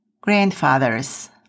grandfathers